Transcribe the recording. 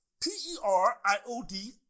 P-E-R-I-O-D